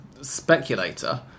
speculator